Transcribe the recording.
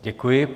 Děkuji.